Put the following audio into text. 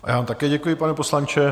Já vám také děkuji, pane poslanče.